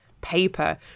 paper